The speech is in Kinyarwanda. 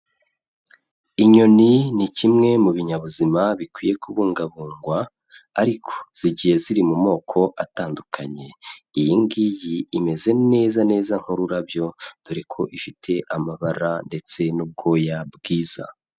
Inyoni ni kimwe mu binyabuzima bikwiye kubungabungwa ariko zigiye ziri mu moko atandukanye, iyi ngiyi imeze neza neza nk'ururabyo dore ko ifite amabara ndetse n'ubwoya bwiza.